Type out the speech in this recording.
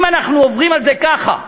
אם אנחנו עוברים על זה כך,